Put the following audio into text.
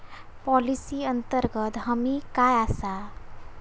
Policy अंतर्गत हमी काय आसा?